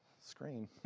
screen